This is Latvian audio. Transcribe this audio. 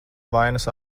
vainas